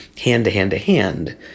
hand-to-hand-to-hand